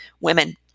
women